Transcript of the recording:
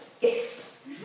yes